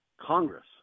congress